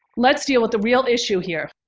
let's deal with the real issue here,